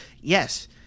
yes